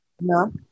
No